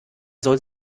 soll